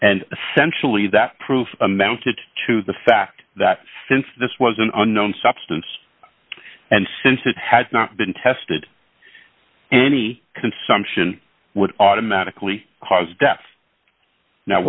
and sensually that proof amounted to the fact that since this was an unknown substance and since it had not been tested any consumption would automatically